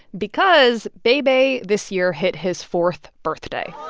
because bei bei this year hit his fourth birthday